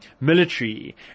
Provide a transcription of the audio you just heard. military